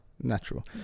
natural